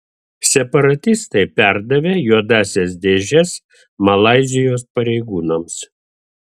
separatistai perdavė juodąsias dėžes malaizijos pareigūnams